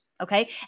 okay